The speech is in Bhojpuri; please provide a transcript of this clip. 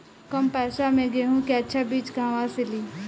कम पैसा में गेहूं के अच्छा बिज कहवा से ली?